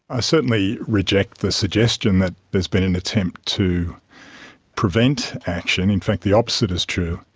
i certainly reject the suggestion that there's been an attempt to prevent action. in fact, the opposite is true.